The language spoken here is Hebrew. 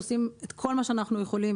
כמובן שאנחנו שמים דגש,